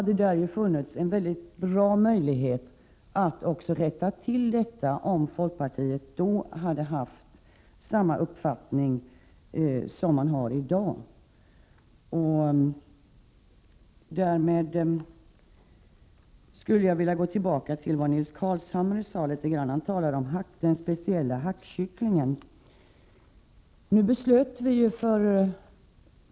Det fanns alltså en mycket bra möjlighet att göra ett tillrättaläggande, om folkpartiet då hade haft samma uppfattning som man har i dag. Sedan skulle jag vilja gå tillbaka till det som Nils Carlshamre sade. Han talade om speciella hackkycklingar.